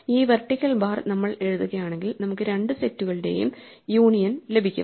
ഈ vertical bar നമ്മൾ എഴുതുകയാണെങ്കിൽ നമുക്ക് രണ്ട് സെറ്റുകളുടെയും യൂണിയൻ ലഭിക്കും